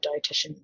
dietitian